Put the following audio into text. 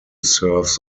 serves